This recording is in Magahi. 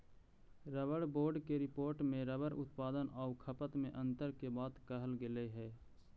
रबर बोर्ड के रिपोर्ट में रबर उत्पादन आउ खपत में अन्तर के बात कहल गेलइ हे